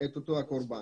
את אותו קורבן.